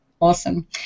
Awesome